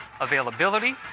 availability